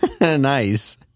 Nice